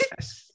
Yes